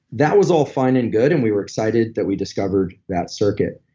that was all fine and good, and we were excited that we discovered that circuit.